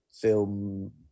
film